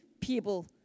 people